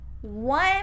One